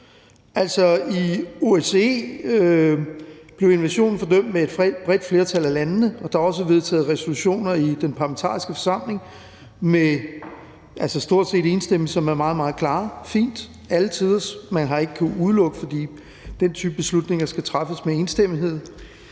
I OSCE blev invasionen fordømt af et bredt flertal af landene, og der er også vedtaget resolutioner i Den Parlamentariske Forsamling med stort set enstemmighed, og det er meget, meget klart og fint, alle tiders. Man har ikke kunnet udelukke, fordi den type beslutninger skal træffes med enstemmighed.